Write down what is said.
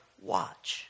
Watch